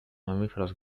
mamíferos